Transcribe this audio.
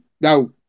now